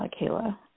Kayla